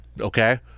okay